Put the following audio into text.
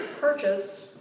purchase